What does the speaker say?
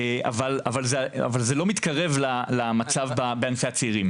אבל זה לא מתקרב למצב בענפי הצעירים.